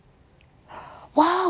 !wow! one thousand